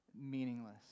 meaningless